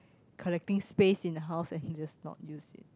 collecting space in the house and just not use it